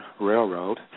Railroad